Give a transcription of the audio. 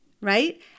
right